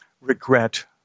regret